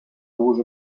abús